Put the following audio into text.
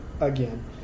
again